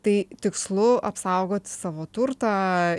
tai tikslu apsaugoti savo turtą